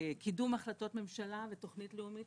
קידום החלטות ממשלה ותוכנית לאומית.